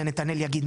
זה נתנאל יגיד,